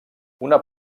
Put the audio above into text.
una